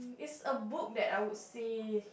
is a book that I would say